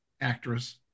actress